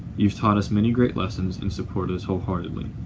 you've taught us many great lessons and supported us wholeheartedly.